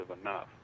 enough